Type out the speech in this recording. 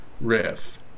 riff